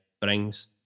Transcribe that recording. brings